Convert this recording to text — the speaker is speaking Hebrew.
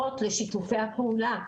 שקשורות לשיתופי הפעולה.